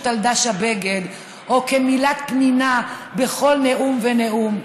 על דש הבגד או כמילת פנינה בכל נאום ונאום.